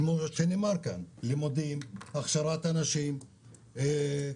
לימודים, הכשרת אנשים וכו'.